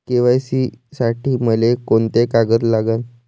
KYC साठी मले कोंते कागद लागन?